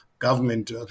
government